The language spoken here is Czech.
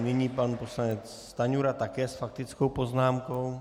Nyní pan poslanec Stanjura také s faktickou poznámkou.